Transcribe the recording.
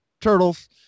Turtles